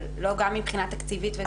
אבל לא גם מבחינה תקציבית וגם בזמן.